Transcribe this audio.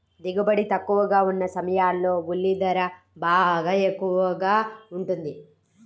దిగుబడి తక్కువగా ఉన్న సమయాల్లో ఉల్లి ధర బాగా ఎక్కువగా ఉంటుంది